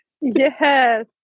Yes